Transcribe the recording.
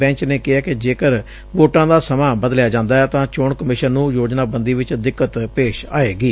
batch ਨੇ ਕਿਹੈ ਕਿ ਜੇਕਰ ਵੋਟਾ ਦਾ ਸਮਾ ਬਦਲਿਆਂ ਜਾਂਦੈ ਤਾਂ ਚੋਣ ਕਮਿਸ਼ਨ ਨੂੰ ਯੋਜਨਾਬੰਦੀ ਚ ਦਿਕੱਤ ਪੇਸ਼ ਆਏਗੀ